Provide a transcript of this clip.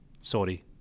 sorry